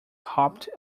hopped